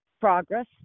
progress